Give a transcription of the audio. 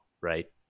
Right